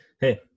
Hey